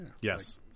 Yes